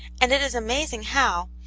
and it is amazing how,